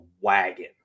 wagon